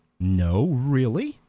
no, really,